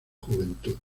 juventud